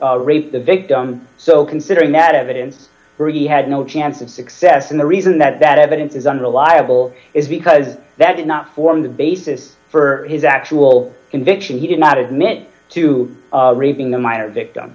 the victim so considering that evidence already had no chance of success and the reason that that evidence is unreliable is because that did not form the basis for his actual conviction he did not admit to raping a minor victim